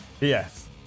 Yes